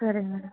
సరే మ్యాడమ్